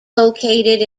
located